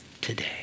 today